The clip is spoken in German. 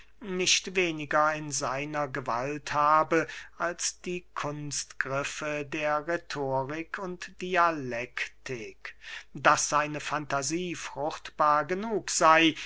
nicht weniger in seiner gewalt habe als die kunstgriffe der rhetorik und dialektik daß seine fantasie fruchtbar genug sey